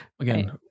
Again